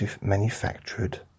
manufactured